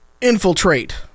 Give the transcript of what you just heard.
infiltrate